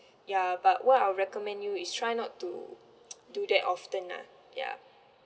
ya but what I'll recommend you is try not to do that often nah ya